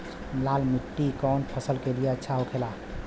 लाल मिट्टी कौन फसल के लिए अच्छा होखे ला?